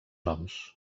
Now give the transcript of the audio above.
noms